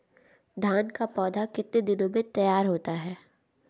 धान का पौधा कितने दिनों में तैयार होता है?